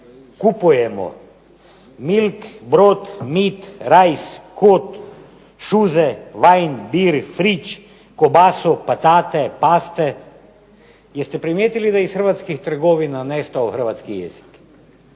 kupujemo milk, brot, meet, rice, coat, shuze, fridge, wine, beer, kobasu, potato, paste. Jeste primijetili da je iz hrvatskih trgovina nestao hrvatski jezik.